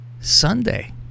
sunday